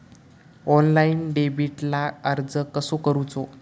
Online डेबिटला अर्ज कसो करूचो?